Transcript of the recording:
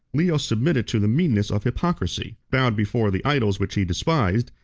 leo submitted to the meanness of hypocrisy, bowed before the idols which he despised,